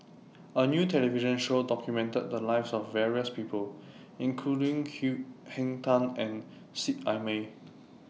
A New television Show documented The Lives of various People including Henn Tan and Seet Ai Mee